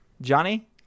Johnny